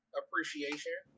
appreciation